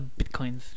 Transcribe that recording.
bitcoins